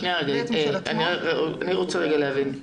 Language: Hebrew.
אני רוצה להבין,